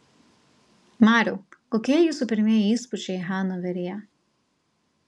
mariau kokie jūsų pirmieji įspūdžiai hanoveryje